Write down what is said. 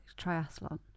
Triathlon